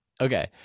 okay